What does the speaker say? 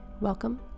Welcome